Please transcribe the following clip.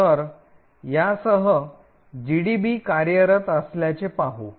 तर यासह जीडीबी कार्यरत असल्याचे पाहू